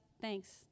thanks